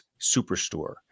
Superstore